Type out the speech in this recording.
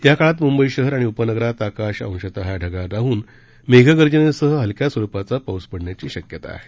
याकाळात म्बई शहर आणि उपनगरात आकाश अंशतः ढगाळ राहन मेघगर्जनेसह हलक्या स्वरूपाचा पाऊस पडण्याची शक्यता आहे